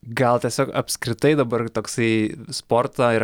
gal tiesiog apskritai dabar toksai sporto ir